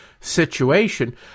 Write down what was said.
situation